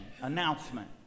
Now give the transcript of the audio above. announcement